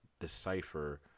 decipher